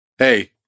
Hey